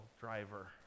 driver